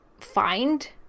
find